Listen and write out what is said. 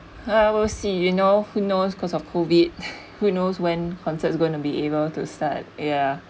I will see you know who knows cause of COVID who knows when concert is gonna be able to start ya